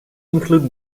include